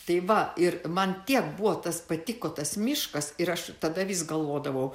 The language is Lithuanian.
tai va ir man tiek buvo tas patiko tas miškas ir aš tada vis galvodavau